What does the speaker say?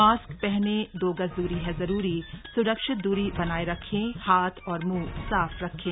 mask पहने दो गज दूरी है जरूरी स्रक्षित दूरी बनाए रखें हाथ और मुंह साफ रखें